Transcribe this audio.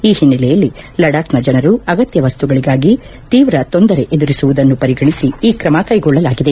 ಈ ಹಿನ್ನೆಲೆಯಲ್ಲಿ ಲಡಾಕ್ನ ಜನರು ಅಗತ್ನ ವಸ್ತುಗಳಿಗಾಗಿ ತೀವ್ರ ತೊಂದರೆ ಎದುರಿಸುವುದನ್ನು ಪರಿಗಣಿಸಿ ಈ ಕ್ರಮ ಕ್ಲೆಗೊಳ್ಳಲಾಗಿದೆ